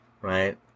right